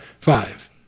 five